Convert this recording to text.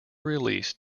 released